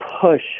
push